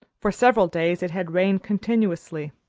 for several days it had rained continuously,